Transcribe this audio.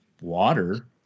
water